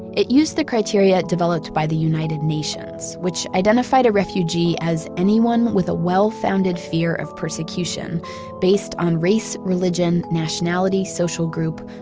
it used the criteria developed by the united nations, which identified a refugee as anyone with a well-founded fear of persecution based on race, religion, nationality, social group,